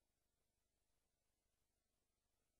אגב,